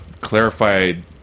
clarified